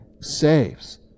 saves